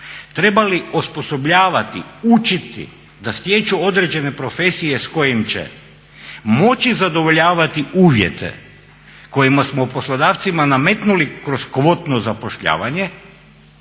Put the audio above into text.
trebali osposobljavati, učiti da stječu određene profesije s kojim će moći zadovoljavati uvjete kojima smo poslodavcima nametnuli kroz kvotno zapošljavanje